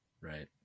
Right